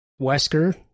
Wesker